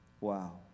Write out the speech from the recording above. Wow